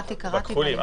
אני מכירה.